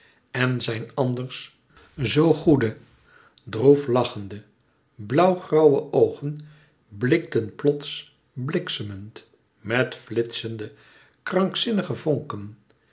en zijn anders zoo goede droef lachende blauw grauwe oogen blikten plots bliksemend met flitsende krankzinnige vonken